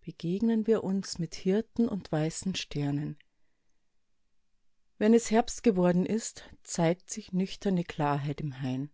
begegnen wir uns mit hirten und weißen sternen wenn es herbst geworden ist zeigt sich nüchterne klarheit im hain